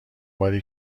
باری